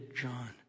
John